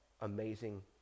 amazing